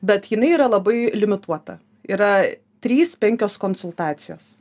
bet jinai yra labai limituota yra trys penkios konsultacijos